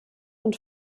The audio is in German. und